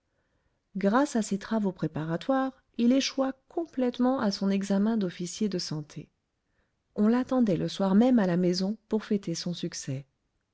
grâce à ces travaux préparatoires il échoua complètement à son examen d'officier de santé on l'attendait le soir même à la maison pour fêter son succès